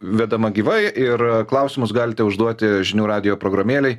vedama gyvai ir klausimus galite užduoti žinių radijo programėlėj